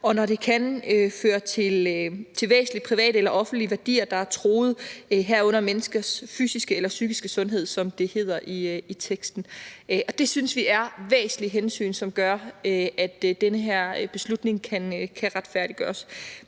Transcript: og når det kan føre til, at væsentlige private eller offentlige værdier bliver truede, herunder menneskers fysiske eller psykiske sundhed, som det hedder i teksten. Det synes vi er væsentlige hensyn, som gør, at den her beslutning kan retfærdiggøres,